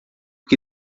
que